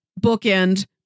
bookend